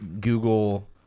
Google